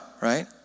right